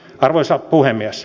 arvoisa puhemies